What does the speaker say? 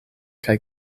kaj